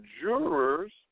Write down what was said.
jurors